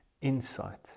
insight